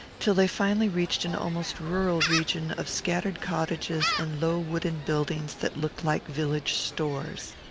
till they finally reached an almost rural region of scattered cottages and low wooden buildings that looked like village stores.